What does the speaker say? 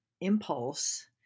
impulse